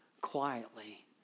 quietly